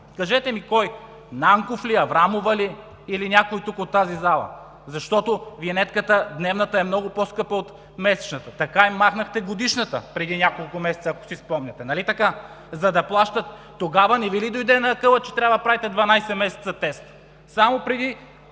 Кажете ми кой? Нанков ли, Аврамова ли, или някой тук от тази зала? Защото дневната винетка е много по-скъпа от месечната. Махнахте и годишната преди няколко месеца, ако си спомняте, нали така?! Тогава не Ви ли дойде на акъл, че трябва да правите 12 месеца тест. Само преди